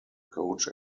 coach